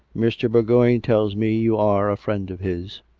mr. bourgoign tells me you are a friend of his.